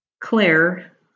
Claire